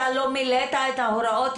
אתה לא מילאת את ההוראות?